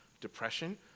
depression